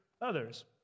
others